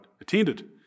attended